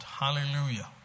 hallelujah